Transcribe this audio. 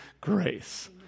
grace